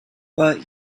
but